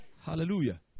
Hallelujah